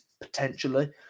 Potentially